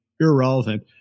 irrelevant